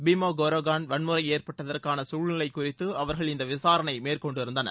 Bima Koregaon வன்முறை ஏற்பட்டதற்கான சூழ்நிலைக் குறித்து அவா்கள் இந்த விசாரணையை மேற்கொண்டிருந்தனர்